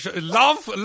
love